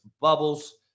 bubbles